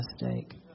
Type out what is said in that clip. mistake